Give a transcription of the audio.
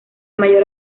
mayor